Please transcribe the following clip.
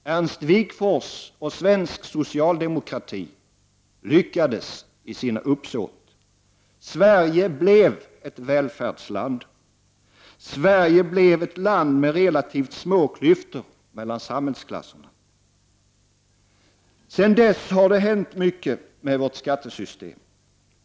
Ernst Wigforss och svensk socialdemokrati lyckades i sina uppsåt. Sverige blev ett välfärdsland, Sverige blev ett land med relativt små klyftor mellan samhällsklasserna. Sedan dess har mycket hänt med vårt skattesystem.